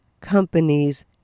companies